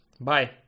Bye